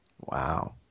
Wow